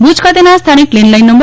ભુજ ખાતેના સ્થાનિક લેન્ડલાઇન નં